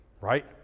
right